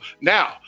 now